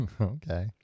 Okay